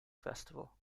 festival